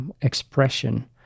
expression